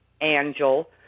angel